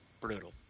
Brutal